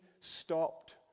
stopped